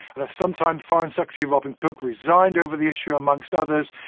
the sometime foreign secretary robin cook resigned over the issue, amongst others,